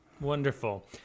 Wonderful